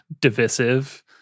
divisive